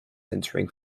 entering